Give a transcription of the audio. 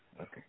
Okay